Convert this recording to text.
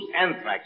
anthrax